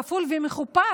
כפול ומכופל,